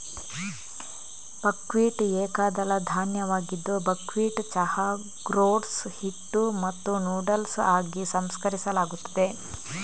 buckwheat ಏಕದಳ ಧಾನ್ಯವಾಗಿದ್ದು buckwheat ಚಹಾ, ಗ್ರೋಟ್ಸ್, ಹಿಟ್ಟು ಮತ್ತು ನೂಡಲ್ಸ್ ಆಗಿ ಸಂಸ್ಕರಿಸಲಾಗುತ್ತದೆ